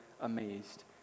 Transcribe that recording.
amazed